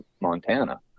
Montana